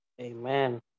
Amen